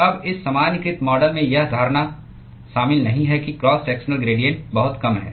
अब इस सामान्यीकृत मॉडल में यह धारणा शामिल नहीं है कि क्रॉस सेक्शनल ग्रेडिएंट बहुत कम है